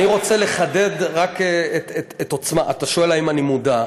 אני רק רוצה לחדד את העוצמה: אתה שואל האם אני מודע.